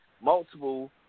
multiple